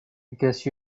because